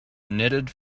knitted